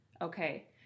okay